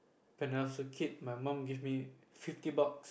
when I was a kid my mum gave me fifty bucks